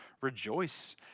rejoice